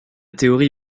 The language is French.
théorie